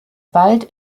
bald